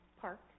park